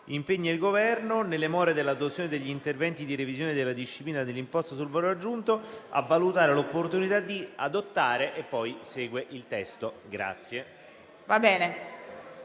impegna il Governo, nelle more dell'adozione degli interventi di revisione della disciplina dell'imposta sul valore aggiunto, a valutare l'opportunità di adottare i necessari atti volti ad un